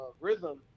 rhythm